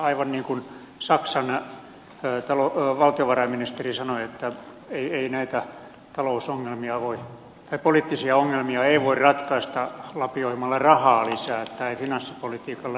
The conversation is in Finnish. aivan niin kuin saksan valtiovarainministeri sanoi ei näitä poliittisia ongelmia voi ratkaista lapioimalla rahaa lisää tämä ei finanssipolitiikalla ratkea